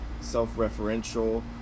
self-referential